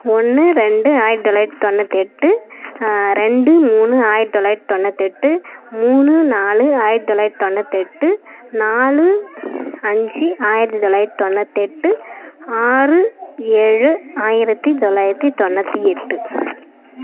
ஒன்று ரெண்டு ஆயிரத்தி தொள்ளாயிரத்தி தொண்ணூற்றி எட்டு ரெண்டு மூணு ஆயிரத்தி தொள்ளாயிரத்தி தொண்ணூத்தெட்டு மூணு நாலு ஆயிரத்தி தொள்ளாயிரத்தி தொண்ணூத்தெட்டு நாலு அஞ்சு ஆயிரத்தி தொள்ளாயிரத்தி தொண்ணூத்தெட்டு ஆறு ஏழு ஆயிரத்தி தொள்ளாயிரத்தி தொண்ணூற்றி எட்டு